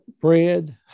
bread